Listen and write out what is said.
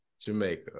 Jamaica